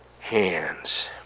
Hands